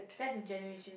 that's the generation